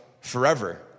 forever